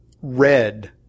red